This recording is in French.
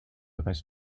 reste